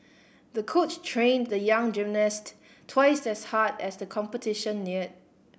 the coach trained the young gymnast twice as hard as the competition neared